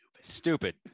stupid